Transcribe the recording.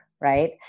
right